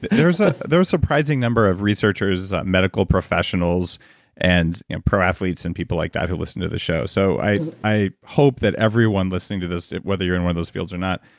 there's ah a surprising number of researchers, medical professionals and pro athletes and people like that who listen to the show, so i i hope that everyone listening to this, whether you're in one of those fields or not.